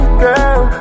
girl